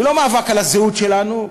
זה לא מאבק על הזהות שלנו.